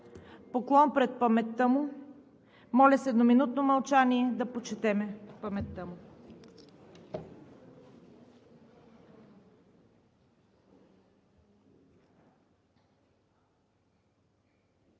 Поклон пред паметта му! Моля, с едноминутно мълчание да почетем паметта му.